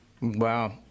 Wow